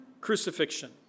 crucifixion